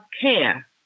care